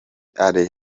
alain